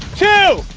two,